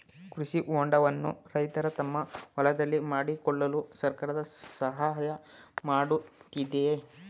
ಕೃಷಿ ಹೊಂಡವನ್ನು ರೈತರು ತಮ್ಮ ಹೊಲದಲ್ಲಿ ಮಾಡಿಕೊಳ್ಳಲು ಸರ್ಕಾರ ಸಹಾಯ ಮಾಡುತ್ತಿದೆಯೇ?